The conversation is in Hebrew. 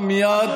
מוסטפא יונס,